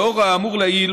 לאור האמור לעיל,